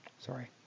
sorry